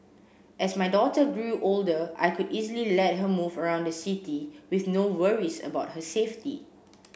as my daughter grew older I could easily let her move around the city with no worries about her safety